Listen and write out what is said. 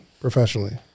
professionally